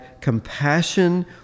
compassion